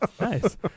nice